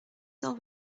cent